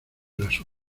las